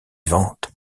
ventes